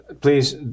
please